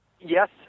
Yes